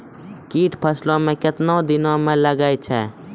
कीट फसलों मे कितने दिनों मे लगते हैं?